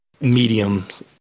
mediums